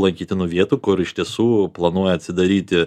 lankytinų vietų kur iš tiesų planuoja atsidaryti